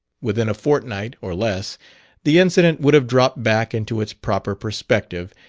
within a fortnight or less the incident would have dropped back into its proper perspective,